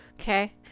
okay